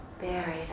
buried